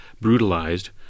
brutalized